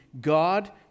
God